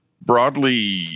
broadly